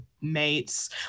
mates